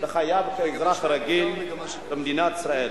בחייו כאזרח רגיל במדינת ישראל.